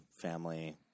family